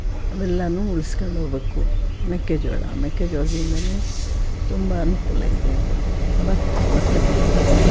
ಅವೆಲ್ಲನೂ ಉಳ್ಸ್ಕಂಡ್ ಹೋಬೇಕು ಮೆಕ್ಕೆಜೋಳ ಮೆಕ್ಕೆಜೋಳದಿಂದನೂ ತುಂಬ ಅನುಕೂಲ ಇದೆ ಭತ್ತ ಭತ್ತ ಬೆಳೀತಾರೆ